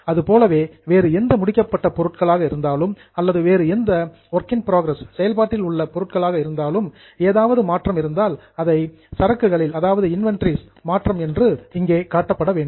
அதுபோலவே வேறு எந்த முடிக்கப்பட்ட பொருட்களாக இருந்தாலும் அல்லது வேறு எந்த ஒர்க் இன் புரோகிரஸ் செயல்பாட்டில் உள்ள பொருட்களாக இருந்தாலும் ஏதாவது மாற்றம் இருந்தால் அதை இன்வெண்டரீஸ் சரக்குகளின் மாற்றம் என்று இங்கே காட்டப்பட வேண்டும்